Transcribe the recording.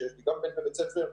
שיש לי גם בן בבית ספר,